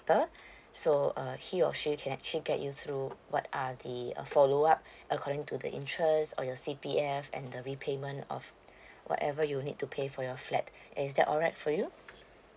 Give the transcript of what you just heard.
sector so uh he or she can actually get you through what are the uh follow up according to the interest on your C_P_F and the repayment of whatever you need to pay for your flat is that alright for you